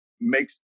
makes